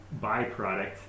byproduct